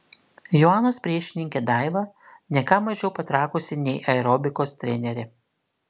joanos priešininkė daiva ne ką mažiau patrakusi nei aerobikos trenerė